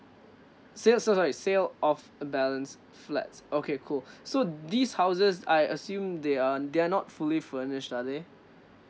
sale so sorry sale of uh balance flats okay cool so these houses I assume they are they are not fully furnished are there